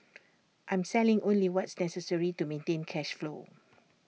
I'm selling only what's necessary to maintain cash flow